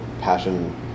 passion